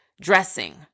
dressing